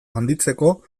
handitzeko